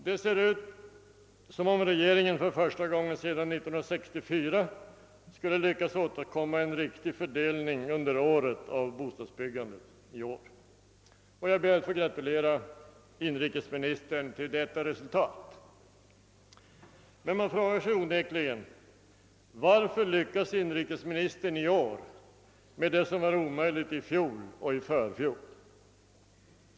Det ser ut som om regeringen i år för första gången sedan 1964 skulle lyckas åstadkomma en riktig fördelning under året av bostadsbyggandet, och jag ber att få gratulera inrikesministern till detta resultat. Men man frågar sig onekligen: Varför lyckas inrikesministern i år med det som var omöjligt i fjol och i förfjol?